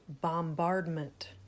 Bombardment